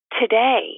today